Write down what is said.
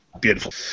beautiful